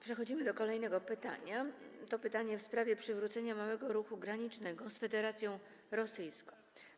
Przechodzimy do kolejnego pytania, w sprawie przywrócenia małego ruchu granicznego z Federacją Rosyjską.